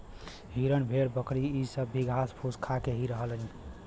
हिरन भेड़ बकरी इ सब भी घास फूस खा के ही रहलन